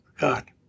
God